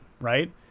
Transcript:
right